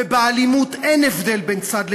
ובאלימות אין הבדל בין צד לצד,